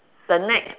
the net